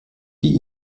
die